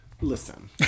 Listen